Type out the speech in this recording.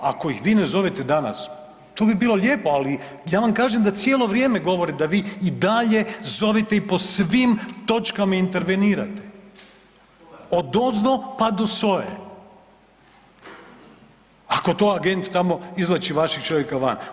Ako ih vi ne zovete danas to bi bilo lijepo, ali ja vam kažem da vi i cijelo vrijeme govorite da vi i dalje zovete po svim točkama intervenirate odozdo pa do SOA-e ako to agent tamo izvlači vašeg čovjeka van.